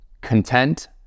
content